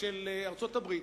של ארצות-הברית?